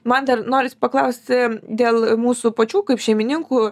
man dar noris paklausti dėl mūsų pačių kaip šeimininkų